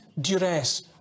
duress